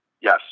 Yes